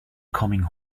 coming